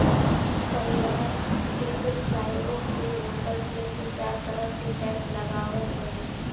पहिलवा एक चाय्वो पे होटल तीन से चार तरह के टैक्स लगात रहल